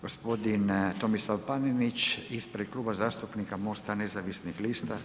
Gospodin Tomislav Panenić ispred Kluba zastupnika MOST-a nezavisnih lista.